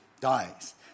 dies